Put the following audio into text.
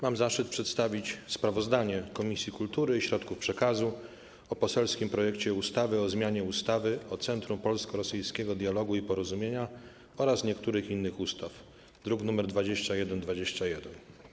Mam zaszczyt przedstawić sprawozdanie Komisji Kultury i Środków Przekazu o poselskim projekcie ustawy o zmianie ustawy o Centrum Polsko-Rosyjskiego Dialogu i Porozumienia oraz niektórych innych ustaw, druk nr 2121.